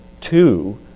Two